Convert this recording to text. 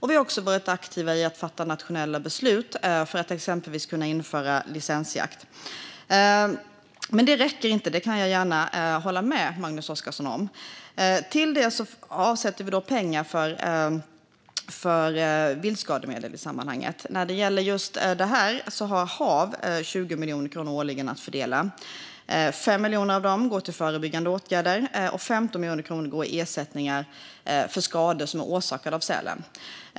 Vi har också varit aktiva när det gäller att fatta nationella beslut för att exempelvis kunna införa licensjakt. Men det räcker inte; det kan jag hålla med Magnus Oscarsson om. Utöver detta avsätter vi i sammanhanget pengar för viltskademedel. När det gäller detta har HaV 20 miljoner kronor årligen att fördela. Av dem går 5 miljoner till förebyggande åtgärder, och 15 miljoner kronor går till ersättningar för skador orsakade av sälen.